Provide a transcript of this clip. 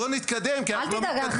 אבל בואו נתקדם, כי אנחנו לא מתקדמים.